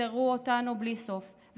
וטרטרו אותנו בלי סוף,